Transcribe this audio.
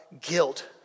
guilt